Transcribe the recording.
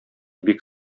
бик